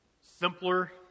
simpler